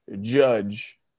judge